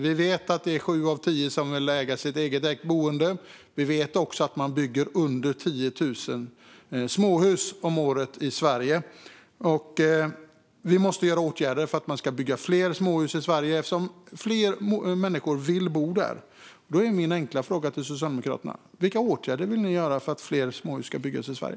Vi vet att sju av tio vill äga sitt boende och att det byggs mindre än 10 000 småhus om året i Sverige. Vi måste göra åtgärder för att fler småhus ska byggas i Sverige, eftersom många människor vill bo så. Vilka åtgärder vill Socialdemokraterna göra för att fler småhus ska byggas i Sverige?